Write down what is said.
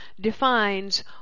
defines